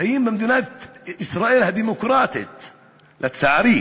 חיים במדינת ישראל הדמוקרטית, לצערי.